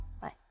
Bye